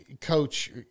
coach